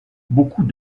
beaucoup